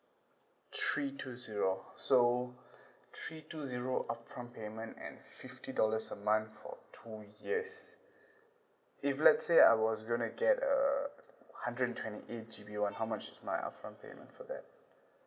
three two zero so three two zero upfront payment and fifty dollars a month for two years if let's say I was gonna get a hundred and twenty eight G_B [one] how much is my upfront payment for that